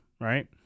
Right